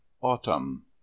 Autumn